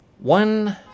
One